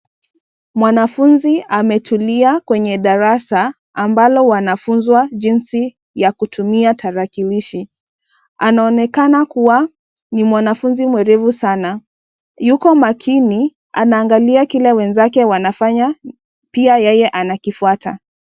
Mwanafunzi ametulia kwenye darasa, ambalo wanafunzwa jinsi ya kutumia tarakilishi. Anaonekana kuwa ni mwanafunzi mwerevu sana. Yuko makini, anaangalia kile mwenzake wanafanya, pia yeye anakifwata.